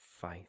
faith